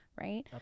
right